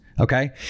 Okay